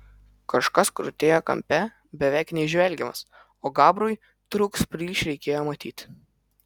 kažkas krutėjo kampe beveik neįžvelgiamas o gabrui truks plyš reikėjo matyti